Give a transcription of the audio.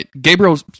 gabriel